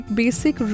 basic